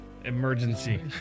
Emergency